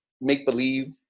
make-believe